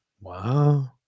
wow